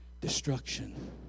Destruction